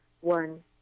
One